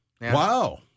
wow